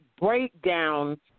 breakdown